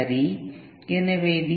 சரி எனவே டி